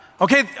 okay